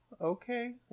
okay